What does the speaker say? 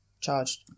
charged